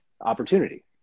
opportunity